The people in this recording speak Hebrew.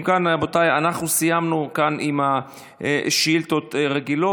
אם כן, רבותיי, אנחנו סיימנו עם שאילתות רגילות.